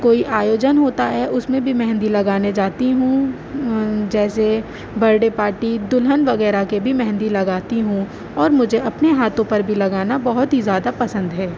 کوئی آیوجن ہوتا ہے اس میں بھی مہندی لگانے جاتی ہوں جیسے برتھ ڈے پارٹی دلہن وغیرہ کے بھی مہندی لگاتی ہوں اور مجھے اپنے ہاتھوں پر بھی لگانا بہت ہی زیادہ پسند ہے